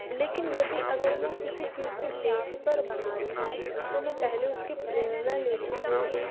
लेकिन यदि अगर मैं किसी चीज़ को देख कर बना रही हूँ तो मैं पहले उसके प्रेरणा लेती हूँ उस